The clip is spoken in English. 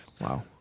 Wow